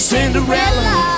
Cinderella